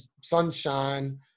sunshine